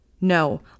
No